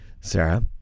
Sarah